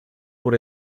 por